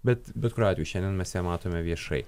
bet bet kuriuo atveju šiandien mes ją matome viešai